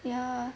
ya